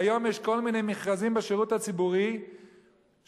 היום יש כל מיני מכרזים בשירות הציבורי שדרישות